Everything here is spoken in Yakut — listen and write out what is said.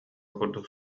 курдук